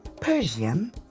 Persian